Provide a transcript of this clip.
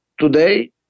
Today